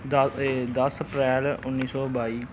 ਦ ਦਸ ਅਪ੍ਰੈਲ ਉੱਨੀ ਸੌ ਬਾਈ